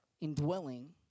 indwelling